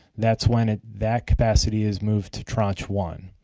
that's when ah that capacity is moved to tranche one.